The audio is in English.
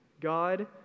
God